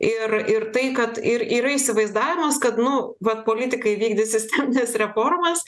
ir ir tai kad ir yra įsivaizdavimas kad nu vat politikai vykdys sistemines reformas